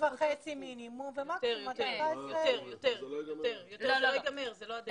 כ-5,500 מינימום ומקסימום 14,000. אז זה לא יגמר אף פעם.